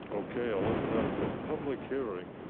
okay, i'll open up the public hearing.